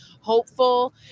hopeful